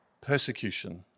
persecution